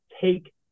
take